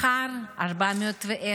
מחר זה 410,